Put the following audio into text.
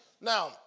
Now